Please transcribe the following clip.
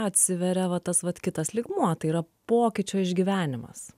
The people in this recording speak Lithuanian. atsiveria va tas vat kitas lygmuo tai yra pokyčio išgyvenimas